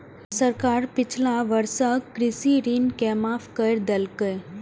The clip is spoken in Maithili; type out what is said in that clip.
सरकार पिछला वर्षक कृषि ऋण के माफ कैर देलकैए